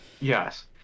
yes